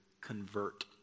convert